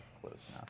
close